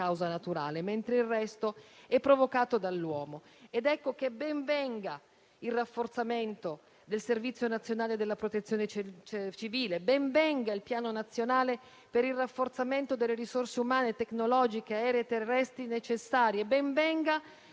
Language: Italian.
causa naturale, mentre il resto è provocato dall'uomo. Ben venga, allora, il rafforzamento del servizio nazionale della Protezione civile, ben venga il piano nazionale per il rafforzamento delle risorse umane, tecnologiche aeree e terrestri necessarie, ben venga